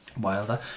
Wilder